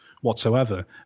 whatsoever